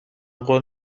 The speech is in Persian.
قول